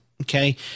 Okay